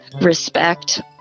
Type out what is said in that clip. Respect